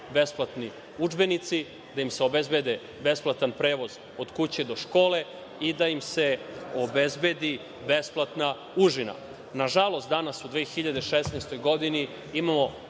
besplatni udžbenici, da im se obezbedi besplatan prevoz od kuće do škole i da im se obezbedi besplatna užina. Nažalost, danas u 2016. godini imamo